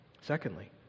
secondly